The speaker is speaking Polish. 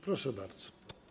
Proszę bardzo.